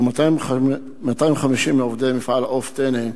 כ-250 מעובדי מפעל "עוף טנא",